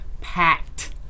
packed